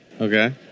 Okay